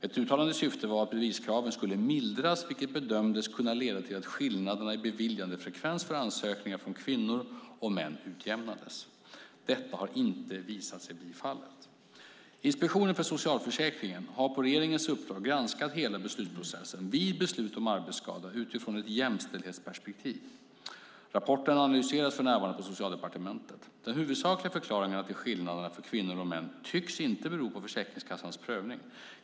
Ett uttalat syfte var att beviskraven skulle mildras, vilket bedömdes kunna leda till att skillnaderna i beviljandefrekvens för ansökningar från kvinnor respektive män utjämnades. Detta har inte visat sig bli fallet. Inspektionen för socialförsäkringen har på regeringens uppdrag granskat hela beslutsprocessen vid beslut om arbetsskada utifrån ett jämställdhetsperspektiv. Rapporten analyseras för närvarande på Socialdepartementet. De huvudsakliga förklaringarna till skillnaderna mellan kvinnor och män tycks inte vara Försäkringskassans prövning.